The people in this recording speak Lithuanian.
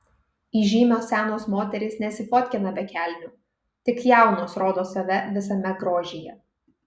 įžymios senos moterys nesifotkina be kelnių tik jaunos rodo save visame grožyje